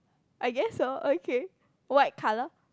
I guess so okay white colour